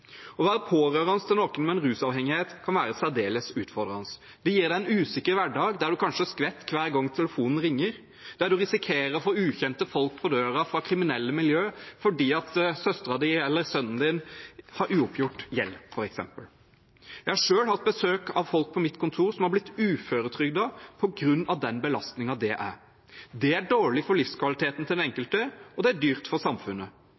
Å være pårørende til noen med en rusavhengighet kan være særdeles utfordrende. Det gir en usikker hverdag, der en kanskje skvetter hver gang telefonen ringer, der en f.eks. risikerer å få ukjente folk på døra fra kriminelle miljøer fordi søsteren eller sønnen har uoppgjort gjeld. Jeg har selv hatt besøk av folk på mitt kontor som har blitt uføretrygdet på grunn av den belastningen det er. Det er dårlig for livskvaliteten til den enkelte, og det er dyrt for samfunnet.